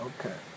Okay